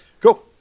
cool